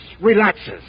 relaxes